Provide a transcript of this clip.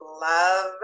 Love